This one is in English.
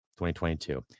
2022